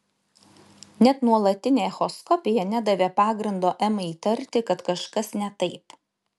net nuolatinė echoskopija nedavė pagrindo emai įtarti kad kažkas ne taip